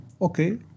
okay